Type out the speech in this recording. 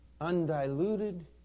undiluted